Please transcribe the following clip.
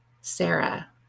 Sarah